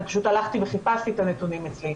אני פשוט הלכתי וחיפשתי את הנתונים אצלי,